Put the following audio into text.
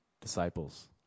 disciples